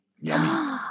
Yummy